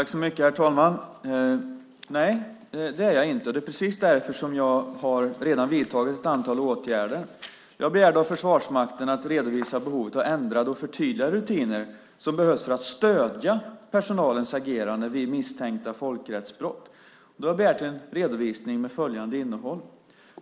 Herr talman! Nej, det är jag inte. Det är precis därför som jag redan har vidtagit ett antal åtgärder. Jag har begärt av Försvarsmakten att redovisa behovet av ändrade och förtydligade rutiner som behövs för att stödja personalens agerande vid misstänkta folkrättsbrott. Jag har begärt en redovisning med följande innehåll.